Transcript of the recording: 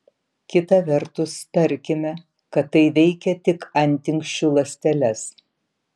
kita vertus tarkime kad tai veikia tik antinksčių ląsteles